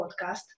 podcast